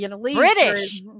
British